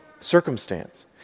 circumstance